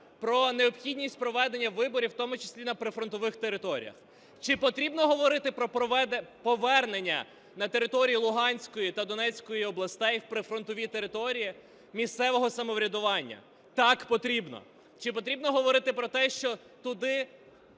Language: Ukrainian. про необхідність проведення виборів, в тому числі на прифронтових територіях. Чи потрібно говорити про повернення на територію Луганської та Донецької областей в прифронтові території місцевого самоврядування? Так, потрібно. Чи потрібно говорити про те, що туди